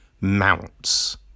mounts